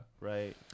Right